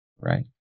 right